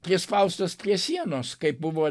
prispaustas prie sienos kaip buvo